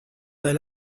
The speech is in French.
elle